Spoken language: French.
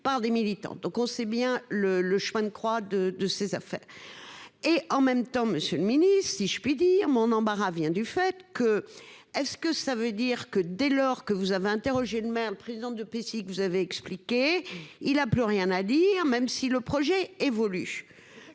par des militantes con on c'est bien le le chemin de croix de de ses affaires. Et en même temps, Monsieur le Ministre, si je puis dire mon embarras vient du fait que est-ce que ça veut dire que dès lors que vous avez interrogé demain président de PC que vous avez expliqué, il a plus rien à dire, même si le projet évolue.